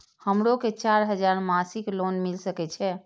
हमरो के चार हजार मासिक लोन मिल सके छे?